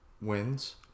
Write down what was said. wins